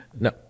No